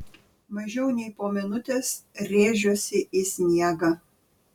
mažiau nei po minutės rėžiuosi į sniegą